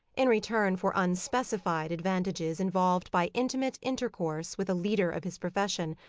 in return for unspecified advantages involved by intimate intercourse with a leader of his profession,